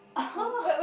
!huh!